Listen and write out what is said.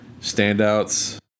standouts